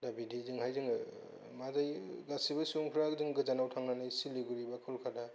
दा बिदिजोंहाय जोङो मा जायो गासिबो सुबुंफ्रा जों गोजानाव थांनानै सिलिगुरि बा कलकाता